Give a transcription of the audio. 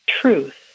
truth